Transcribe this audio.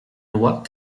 loi